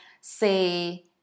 say